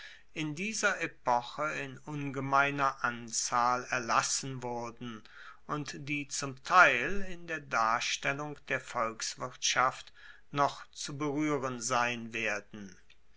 in dieser epoche in ungemeiner anzahl erlassen wurden und die zum teil in der darstellung der volkswirtschaft noch zu beruehren sein werden